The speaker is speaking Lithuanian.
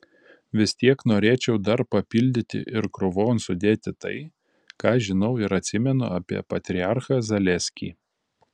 vis tiek norėčiau dar papildyti ir krūvon sudėti tai ką žinau ir atsimenu apie patriarchą zaleskį